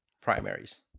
primaries